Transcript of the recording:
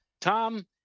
Tom